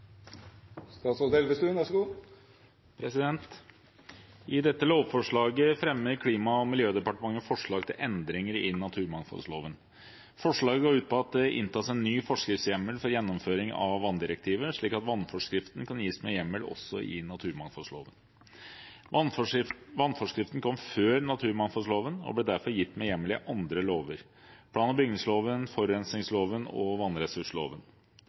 I dette lovforslaget fremmer Klima- og miljødepartementet forslag til endringer i naturmangfoldloven. Forslaget går ut på at det inntas en ny forskriftshjemmel for gjennomføring av vanndirektivet, slik at vannforskriften kan gis med hjemmel også i naturmangfoldloven. Vannforskriften kom før naturmangfoldloven og ble derfor gitt med hjemmel i andre lover – plan- og bygningsloven, forurensningsloven og vannressursloven.